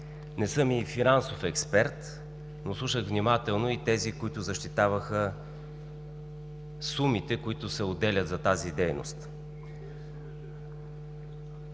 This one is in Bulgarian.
Не съм и финансов експерт, но слушах внимателно и тези, които защитаваха сумите, които се отделят за тази дейност.